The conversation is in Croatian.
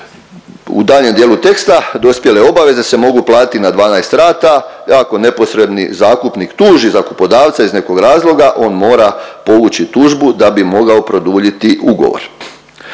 U daljnjem dijelu teksta dospjele obaveze se mogu platiti na 12 rata ako neposredni zakupnik tuži zakupodavca iz nekog razloga on mora povući tužbu da bi mogao produljiti ugovor.